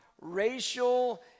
racial